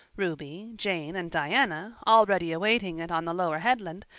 ruby, jane, and diana, already awaiting it on the lower headland,